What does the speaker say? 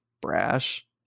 brash